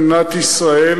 במדינת ישראל,